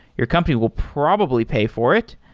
your company will probably pay for it.